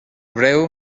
breu